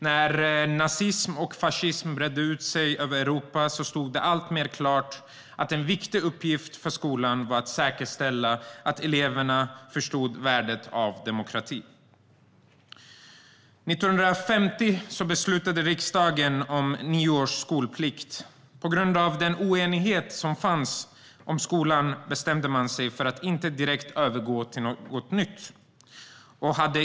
När nazism och fascism bredde ut sig över Europa stod det alltmer klart att en viktig uppgift för skolan var att säkerställa att eleverna förstod värdet av demokrati. År 1950 beslutade riksdagen om nio års skolplikt. På grund av den oenighet som fanns om skolan bestämde man sig för att inte övergå till något nytt direkt.